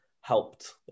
helped